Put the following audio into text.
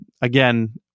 again